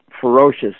ferocious